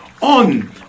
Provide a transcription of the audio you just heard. on